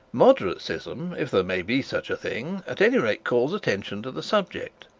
moderate schism, if there may be such a thing, at any rate calls attention to the subject,